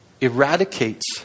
eradicates